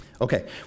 Okay